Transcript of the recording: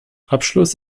abschluss